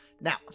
Now